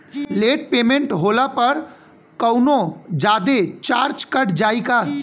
Late payment होला पर कौनोजादे चार्ज कट जायी का?